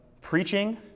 Preaching